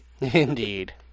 Indeed